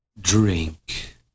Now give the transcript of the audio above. Drink